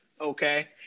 Okay